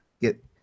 Get